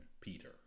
Peter